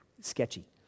sketchy